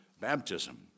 baptism